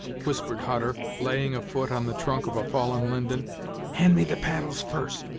whispered hutter, laying a foot on the trunk of a fallen linden hand me the paddles first,